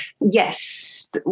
Yes